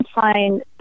find